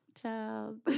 child